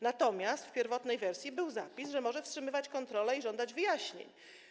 Natomiast w pierwotnej wersji był zapis, że może wstrzymywać kontrole i żądać wyjaśnień.